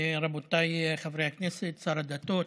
רבותיי חברי הכנסת, שר הדתות,